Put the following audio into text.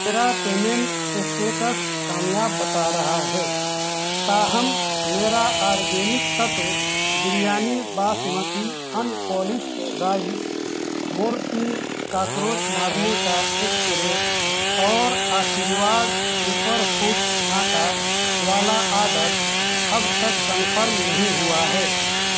میرا payment status کامیاب بتا رہا ہے تاہم میرا organic Tattva biryani basmati unpolished rice Mortein cockroach مارنے کا اسپرے اور آشیرواد سپر فوڈس آٹا والا آڈر اب تک کنفرم نہیں ہوا ہے